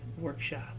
workshop